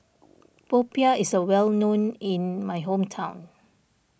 Popiah is well known in my hometown